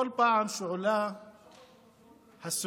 בכל פעם שעולה הסוגיה,